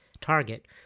target